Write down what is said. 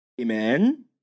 Amen